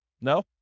No